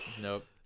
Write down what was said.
nope